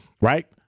right